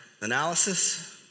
analysis